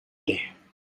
there